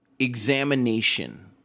examination